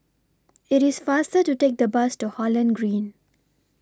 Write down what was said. IT IS faster to Take The Bus to Holland Green